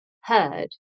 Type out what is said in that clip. heard